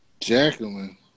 Jacqueline